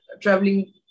traveling